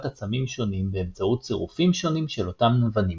עצמים שונים באמצעות צירופים שונים של אותן אבנים.